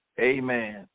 Amen